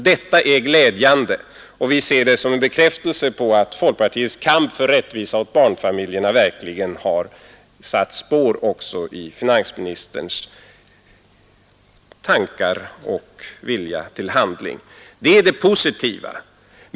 Detta är glädjande, och vi ser det som en bekräftelse på att folkpartiets kamp för rättvisa åt barnfamiljerna verkligen har satt spår också i finansministerns tankar och vilja till handling. Det är det positiva.